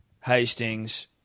Hastings